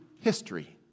history